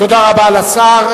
תודה רבה לשר.